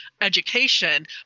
education